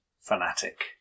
Fanatic